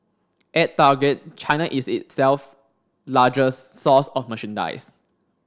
at Target China is itself largest source of merchandise